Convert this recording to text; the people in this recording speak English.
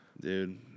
Dude